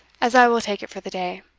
as i will take it for the day.